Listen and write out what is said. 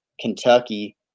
Kentucky